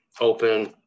open